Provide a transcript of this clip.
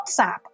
WhatsApp